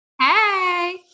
Hey